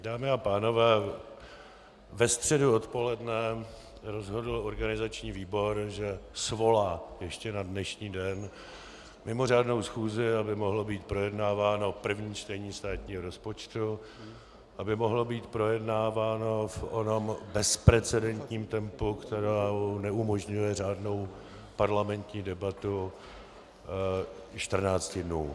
Dámy a pánové, ve středu odpoledne rozhodl organizační výbor, že svolá ještě na dnešní den mimořádnou schůzi, aby mohlo být projednáváno první čtení státního rozpočtu, aby mohlo být projednáváno v onom bezprecedentním tempu, které neumožňuje řádnou parlamentní debatu, čtrnácti dnů.